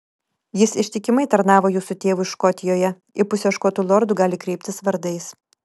jis ištikimai tarnavo jūsų tėvui škotijoje į pusę škotų lordų gali kreiptis vardais